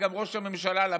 וגם ראש הממשלה לפיד,